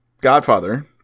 Godfather